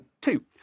Two